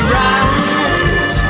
right